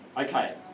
Okay